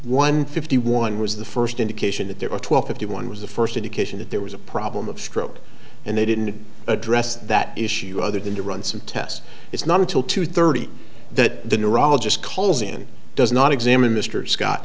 one fifty one was the first indication that there were twelve fifty one was the first indication that there was a problem of stroke and they didn't address that issue other than to run some tests it's not until two thirty that the neurologist calls in does not examine mr scott